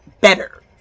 better